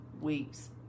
weeks